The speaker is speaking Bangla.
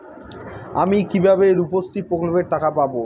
আমি কিভাবে রুপশ্রী প্রকল্পের টাকা পাবো?